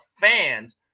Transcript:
fans